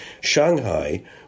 Shanghai